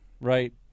right